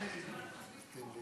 בסדר.